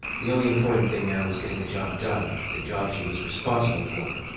the only important thing now was getting the job done, the job she was responsible for,